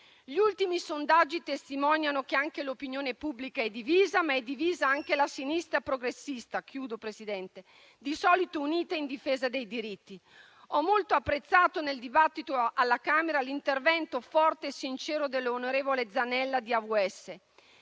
Gli ultimi sondaggi testimoniano che l'opinione pubblica è divisa, ma è divisa anche la sinistra progressista, di solito unita in difesa dei diritti. Ho molto apprezzato, nel dibattito alla Camera, l'intervento forte e sincero dell'onorevole Zanella di AVS.